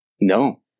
No